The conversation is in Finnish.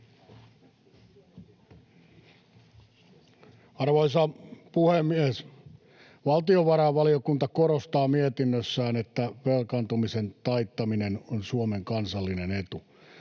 Arvoisa puhemies! Valtiovarainvaliokunta korostaa mietinnössään, että velkaantumisen taittaminen on Suomen kansallinen etu.